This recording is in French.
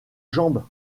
jambe